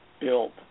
built